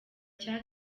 cya